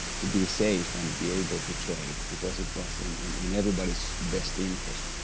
to be safe and be able to trade because it was in in in everybody s best interest.